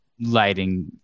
lighting